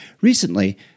Recently